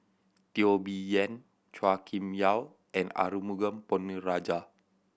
Teo Bee Yen Chua Kim Yeow and Arumugam Ponnu Rajah